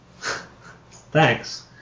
Thanks